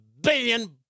billion